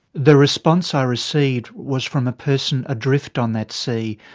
the response i received was from a person adrift on that sea,